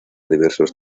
diversos